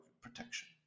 protection